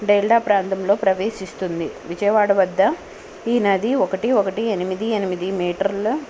డైల్డా ప్రాంతంలో ప్రవేశిస్తుంది విజయవాడ వద్ద ఈ నది ఒకటి ఒకటి ఎనిమిది ఎనిమిది మీటర్ల